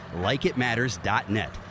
LikeItMatters.net